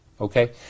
okay